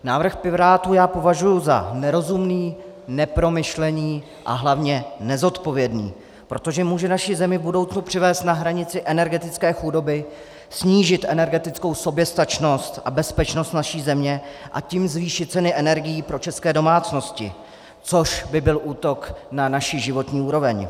Návrh Pirátů považuji za nerozumný, nepromyšlený a hlavně nezodpovědný, protože může naši zemi v budoucnu přivést na hranici energetické chudoby, snížit energetickou soběstačnost a bezpečnost naší země, a tím zvýšit ceny energií pro české domácnosti, což by byl útok na naši životní úroveň.